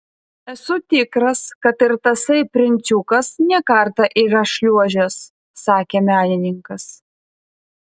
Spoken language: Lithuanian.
esu tikras kad ir tasai princiukas ne kartą yra šliuožęs sakė menininkas